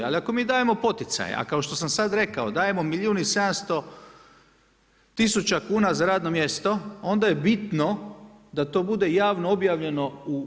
Ali ako mi dajemo poticaje, a kao što sam sada rekao dajemo milijun i 700 tisuća kuna za radno mjesto, onda je bitno da to bude javno objavljeno.